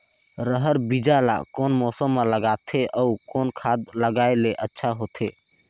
रहर बीजा ला कौन मौसम मे लगाथे अउ कौन खाद लगायेले अच्छा होथे?